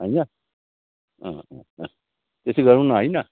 होइन अँ अँ अँ त्यसै गरौँ न हैन